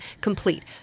complete